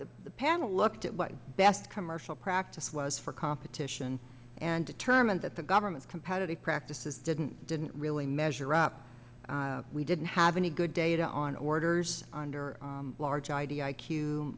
the panel looked at what best commercial practice was for competition and determined that the government's competitive practices didn't didn't really measure up we didn't have any good data on orders under large i